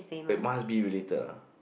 it must be related ah